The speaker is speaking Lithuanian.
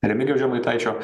remigijaus žemaitaičio